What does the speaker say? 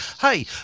hey